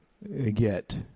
get